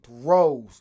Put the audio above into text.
throws